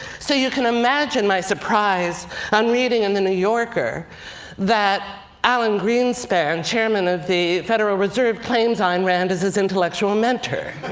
so you can imagine my surprise on reading in the new yorker that alan greenspan, chairman of the federal reserve, claims ayn rand as his intellectual mentor.